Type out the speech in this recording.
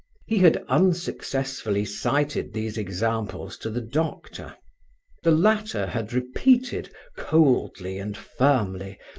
he had unsuccessfully cited these examples to the doctor the latter had repeated, coldly and firmly,